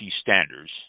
standards